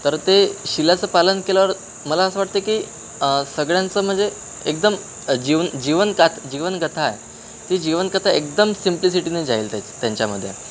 तर ते शिलाचं पालन केल्यावर मला असं वाटतं की सगळ्यांचं म्हणजे एकदम जीवन जीवन काथ जीवनकथा आहे ती जीवनकथा एकदम सिमप्लिसिटीने जाईल त्या त्यांच्यामध्ये